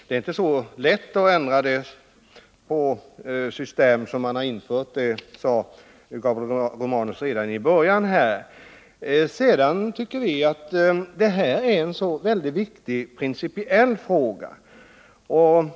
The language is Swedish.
Det är inte så lätt att ändra ett system som redan är infört — det sade Gabriel Romanus redan i början av sitt anförande. Vi tycker att detta är en väldigt viktig principiell fråga.